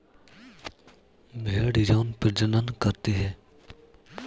भेड़ यौन प्रजनन करती है